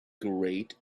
great